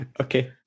Okay